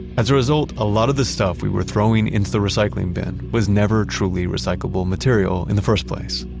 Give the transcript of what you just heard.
as a result, a lot of the stuff we were throwing in the recycling bin was never truly recyclable material in the first place.